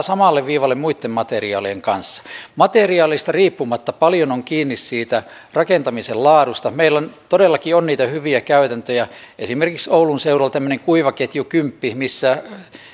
samalle viivalle muitten materiaalien kanssa materiaalista riippumatta paljon on kiinni siitä rakentamisen laadusta meillä todellakin on niitä hyviä käytäntöjä esimerkiksi oulun seudulla tämmöinen kuivaketju kymmenen missä